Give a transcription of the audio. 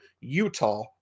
Utah